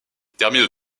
termine